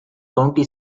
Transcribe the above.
county